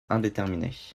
indéterminée